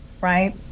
right